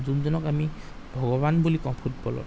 যোনজনক আমি ভগৱান বুলি কওঁ ফুটবলৰ